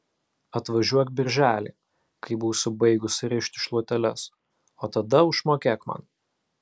atvažiuok birželį kai būsiu baigusi rišti šluoteles o tada užmokėk man